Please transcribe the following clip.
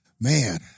Man